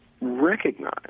recognize